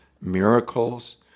miracles